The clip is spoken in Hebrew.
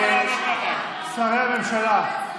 שרי הממשלה.